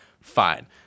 fine